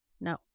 no